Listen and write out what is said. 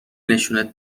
نشونت